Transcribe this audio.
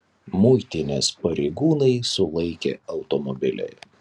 muitinės pareigūnai sulaikė automobilį